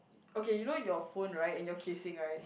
okay you know your phone right and your casing right